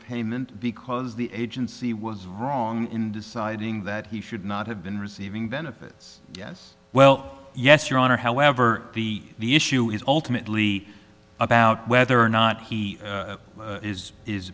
payment because the agency was wrong in deciding that he should not have been receiving benefits yes well yes your honor however be the issue is ultimately up whether or not he is is